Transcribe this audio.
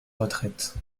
retraite